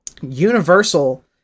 Universal